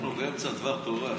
אנחנו באמצע דבר תורה.